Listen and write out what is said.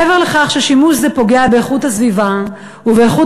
מעבר לכך ששימוש זה פוגע באיכות הסביבה ובאיכות